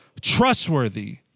trustworthy